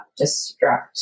destruct